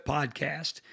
Podcast